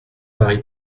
marie